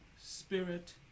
spirit